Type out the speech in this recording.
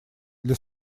для